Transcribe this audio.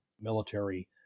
military